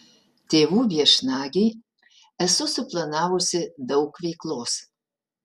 tėvų viešnagei esu suplanavusi daug veiklos